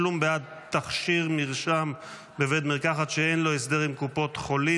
ניפוק תכשיר שניתן במרשם אלקטרוני או ידני בתנאי הסדר בכל בתי המרקחת),